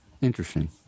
Interesting